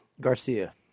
Garcia